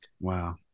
Wow